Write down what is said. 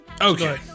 Okay